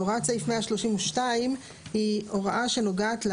הוראת סעיף 132 היא הוראה שנוגעת,